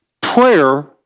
Prayer